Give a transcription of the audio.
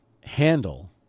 handle